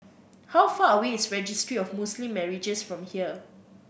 how far away is Registry of Muslim Marriages from here